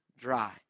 dry